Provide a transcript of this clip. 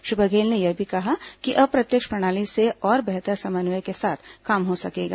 श्री बघेल ने यह भी कहा कि अप्रत्यक्ष प्रणाली से और बेहतर समन्वय के साथ काम हो सकेगा